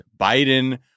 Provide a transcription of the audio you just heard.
Biden